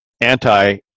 anti